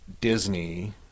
Disney